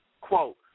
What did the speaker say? quote